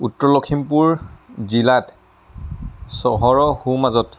উত্তৰ লক্ষীমপুৰ জিলাত চহৰৰ সোঁমাজত